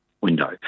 window